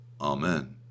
Amen